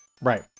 Right